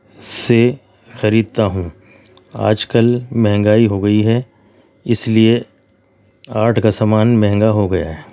سے خریدتا ہوں آج کل مہنگائی ہو گئی ہے اس لیے آرٹ کا سامان مہنگا ہو گیا ہے